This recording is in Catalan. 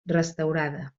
restaurada